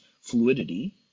fluidity